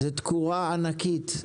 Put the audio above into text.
אבל זאת תקורה ענקית.